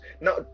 Now